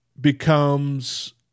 becomes